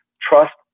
trust